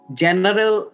general